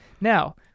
Now